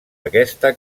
aquesta